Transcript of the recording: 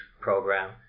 program